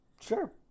Sure